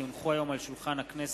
כי הונחו היום על שולחן הכנסת,